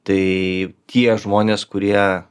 tai tie žmonės kurie